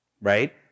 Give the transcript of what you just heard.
right